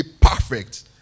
perfect